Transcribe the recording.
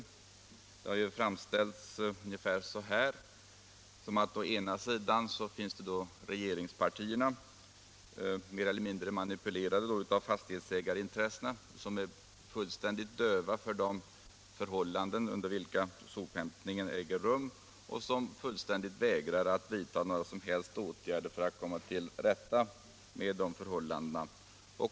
Saken har framställts ungefär så här: Å ena sidan finns regeringspartierna, mer eller mindre manipulerade av fastighetsägarintressena, som är fullständigt döva för de förhållanden under vilka sophämtningen äger rum och som vägrar att vidta några som helst åtgärder för att komma till rätta med förhållandena.